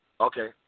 Okay